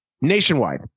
nationwide